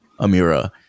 Amira